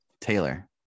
Taylor